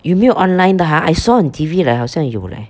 有没有 online 的 ha I saw on T_V like 好像有 leh